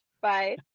Bye